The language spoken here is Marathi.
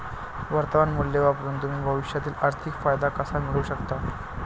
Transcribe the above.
वर्तमान मूल्य वापरून तुम्ही भविष्यातील आर्थिक फायदा कसा मिळवू शकता?